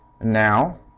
Now